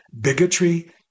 bigotry